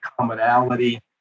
commonality